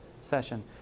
session